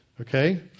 Okay